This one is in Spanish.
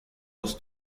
los